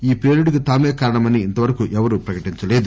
ఈ ప్రేలుడికి తామే కారణమని ఇంతవరకు ఎవరూ ప్రకటించలేదు